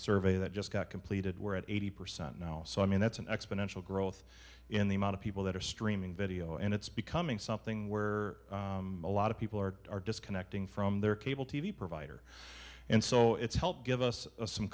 survey that just got completed we're at eighty percent now so i mean that's an exponential growth and the amount of people that are streaming video and it's becoming something where a lot of people are disconnecting from their cable t v provider and so it's helped give us some